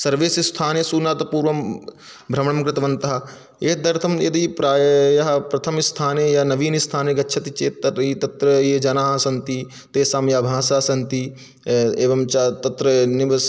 सर्वेषु स्थानेषु न त पूर्वं भ्रमणं कृतवन्तः एतदर्थं यदि प्रायः प्रथमस्थाने या नवीने स्थाने गच्छति चेत् तर्हि तत्र ये जनाः सन्ति तेषां या भाषा सन्ति एवं च तत्र निवस्